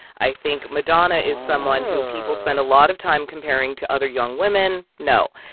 i think madonna is someone who people spend a lot of time comparing to other young women. no.